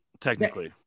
technically